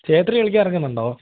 ചേത്രി കളിക്കാൻ ഇറങ്ങുന്നുണ്ടോ